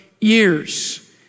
years